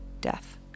death